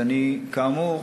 אז אני, כאמור,